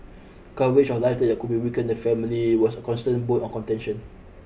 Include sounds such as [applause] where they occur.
coverage of life [unintelligible] that could be weaken the family was a constant bone on contention